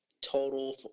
Total